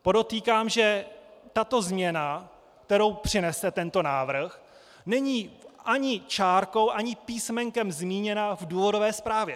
Podotýkám, že tato změna, kterou přinese tento návrh, není ani čárkou ani písmenkem zmíněna v důvodové zprávě.